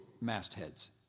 mastheads